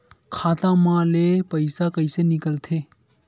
खाता मा ले पईसा कइसे निकल थे?